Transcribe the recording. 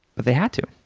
but they had to,